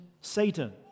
Satan